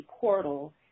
portal